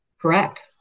Correct